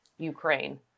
Ukraine